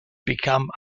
become